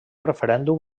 referèndum